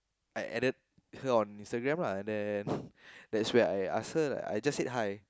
I added her on Instagram lah then that's when I asked her lah I just said hi